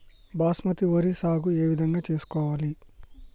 బాస్మతి వరి సాగు ఏ విధంగా చేసుకోవాలి?